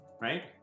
Right